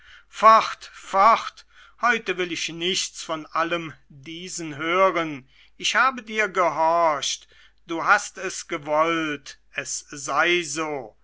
fort heute will ich nichts von allem diesen hören ich habe dir gehorcht du hast es gewollt es sei so